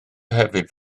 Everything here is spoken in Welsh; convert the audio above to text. hefyd